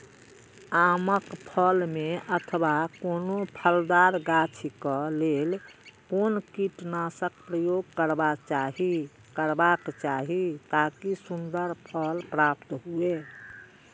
आम क फल में अथवा कोनो फलदार गाछि क लेल कोन कीटनाशक प्रयोग करबाक चाही ताकि सुन्दर फल प्राप्त हुऐ?